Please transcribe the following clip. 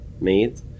made